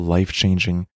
Life-changing